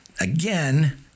again